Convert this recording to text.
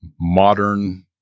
modern